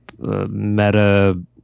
Meta